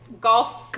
golf